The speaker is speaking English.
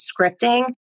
scripting